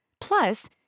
Plus